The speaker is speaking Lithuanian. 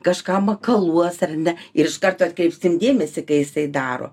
kažkam makaluos ar ne ir iš karto atkreipsim dėmesį kai jisai daro